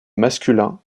masculin